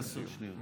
עשר שניות.